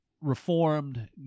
reformed